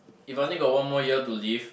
if I only got one more year to live